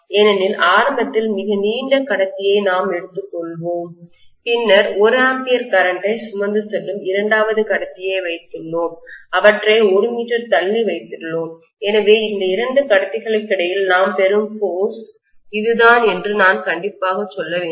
ஏனெனில் ஆரம்பத்தில் மிக நீண்டகடத்தியை நாம் எடுத்துள்ளோம் பின்னர் 1 ஆம்பியர் கரண்ட்டை மின்னோட்டத்தை சுமந்து செல்லும் இரண்டாவது கடத்தியை வைத்துள்ளோம் அவற்றை 1 மீட்டர் தள்ளி வைத்திருக்கிறோம் எனவே இந்த 2 கடத்தியைகளுக்கிடையில் நாம் பெறும் ஃபோர்ஸ்சக்தி இதுதான் என்று நான் கண்டிப்பாக சொல்ல வேண்டும்